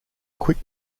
quick